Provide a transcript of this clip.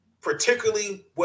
Particularly